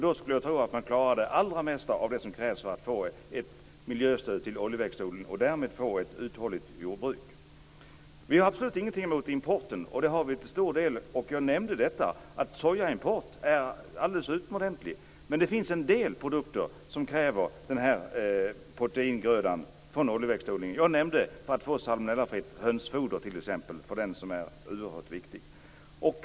Då skulle jag tro att man klarar det allra mesta av det som krävs för att få ett miljöstöd till oljeväxtodlingen och därmed få ett uthålligt jordbruk. Vi har absolut ingenting emot importen. Jag nämnde att sojaimporten är alldeles utomordentlig. Men det finns en del produkter som kräver den här proteingrödan från oljeväxtodlingen. Jag nämnde som exempel att den krävs för att få ett salmonellafritt hönsfoder, vilket är oerhört viktigt.